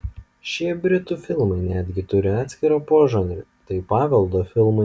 šie britų filmai netgi turi atskirą požanrį tai paveldo filmai